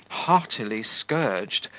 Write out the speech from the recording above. heartily scourged,